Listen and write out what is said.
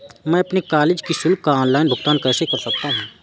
मैं अपने कॉलेज की शुल्क का ऑनलाइन भुगतान कैसे कर सकता हूँ?